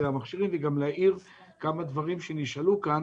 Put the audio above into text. המכשירים וגם להאיר כמה דברים שנשאלו כאן